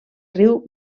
riu